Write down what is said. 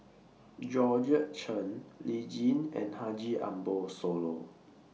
Georgette Chen Lee Tjin and Haji Ambo Sooloh